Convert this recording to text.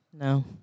No